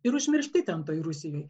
ir užmiršti ten toj rusijoj